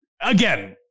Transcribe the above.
again